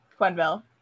quenville